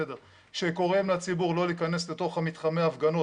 כשקוראים לציבור לא להיכנס לתוך מתחמי ההפגנות,